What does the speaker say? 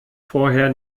vorher